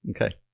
okay